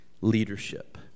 leadership